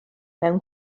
mewn